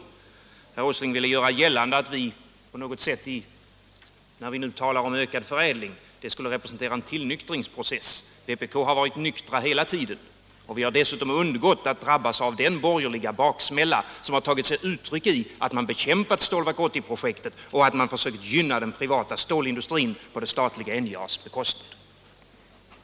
Herr Åsling ville göra gällande att det på något sätt skulle representera en tillnyktringsprocess när vi nu talar om ökad förädling. Vi har i vpk varit nyktra hela tiden, och vi har dessutom undgått att drabbas av den borgerliga baksmälla som tagit sig uttryck i att man bekämpat Stålverk 80-projektet och försökt gynna den privata stålindustrin på det statliga NJA:s bekostnad. den det ej vill röstar nej. den det ej vill röstar nej.